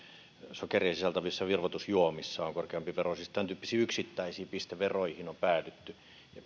sokeria sisältävissä virvoitusjuomissa on korkeampi vero siis tämäntyyppisiin yksittäisiin pisteveroihin on päädytty